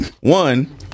One